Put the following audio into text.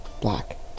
black